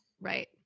Right